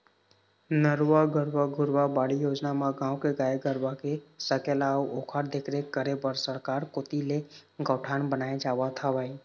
नरूवा, गरूवा, घुरूवा, बाड़ी योजना म गाँव के गाय गरूवा के सकेला अउ ओखर देखरेख करे बर सरकार कोती ले गौठान बनाए जावत हवय